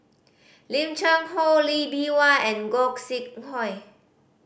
Lim Cheng Hoe Lee Bee Wah and Gog Sing Hooi